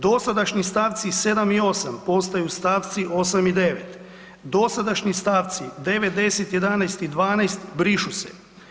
Dosadašnji stavci 7. i 8. postaju stavci 8. i 9., dosadašnji stavci 9., 10., 11. i 12. brišu se.